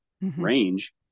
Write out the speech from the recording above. range